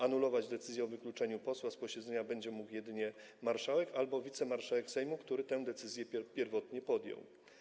Anulować decyzję o wykluczeniu posła z posiedzenia będzie mógł jedynie marszałek albo wicemarszałek Sejmu, który tę decyzję pierwotnie podjął.